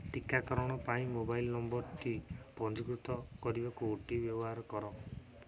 ଟିକାକରଣ ପାଇଁ ମୋବାଇଲ୍ ନମ୍ବର୍ଟି ପଞ୍ଜୀକୃତ କରିବାକୁ ଓ ଟି ପି ବ୍ୟବହାର କର